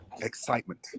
excitement